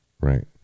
Right